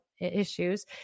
issues